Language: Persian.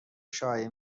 شایعه